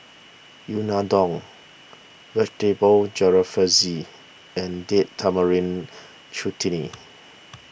Unadon Vegetable Jalfrezi and Date Tamarind Chutney